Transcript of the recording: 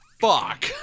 fuck